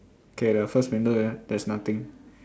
okay the first window ah there's nothing